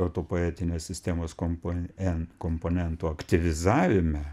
autopoetinės sistemos komponen komponentų aktyvizavime